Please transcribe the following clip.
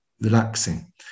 relaxing